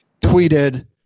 tweeted-